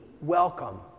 welcome